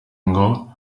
ngo